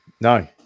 No